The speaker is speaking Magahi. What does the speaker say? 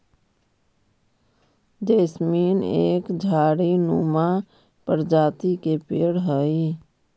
जैस्मीन एक झाड़ी नुमा प्रजाति के पेड़ हई